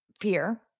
fear